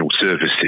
services